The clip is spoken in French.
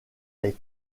est